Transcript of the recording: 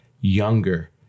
younger